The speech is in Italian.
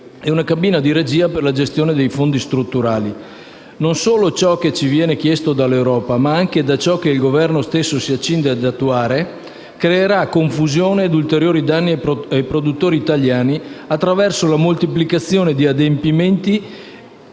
e una cabina di regia per la gestione dei fondi strutturali. Ciò che ci viene chiesto dall'Europa, unitamente a ciò che il Governo stesso si accinge ad attuare, creerà confusione e ulteriori danni ai produttori italiani attraverso la moltiplicazione di adempimenti